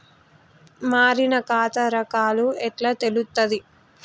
మారిన ఖాతా రకాలు ఎట్లా తెలుత్తది?